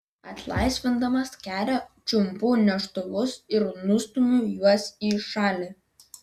atlaisvindamas kelią čiumpu neštuvus ir nustumiu juos į šalį